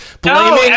blaming